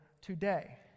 today